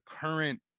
current